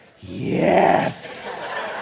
yes